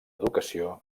educació